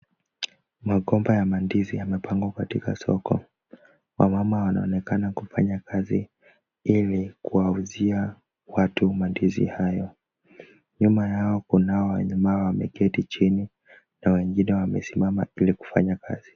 Magomba ya mandizi yamepangwa katika soko. Wamama wanaonekana kufanya kazi ili kuwauzia watu mandizi hayo. Nyuma yao kunao wajamaa wameketi chini, na wengine wamesimama ili kufanya kazi.